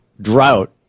drought